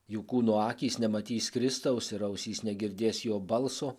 jų kūnų akys nematys kristaus ir ausys negirdės jo balso